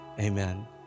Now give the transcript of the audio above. amen